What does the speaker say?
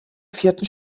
vierten